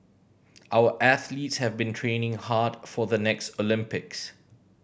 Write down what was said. our athletes have been training hard for the next Olympics